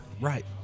Right